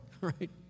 Right